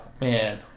man